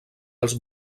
als